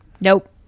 Nope